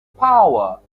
power